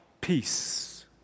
Peace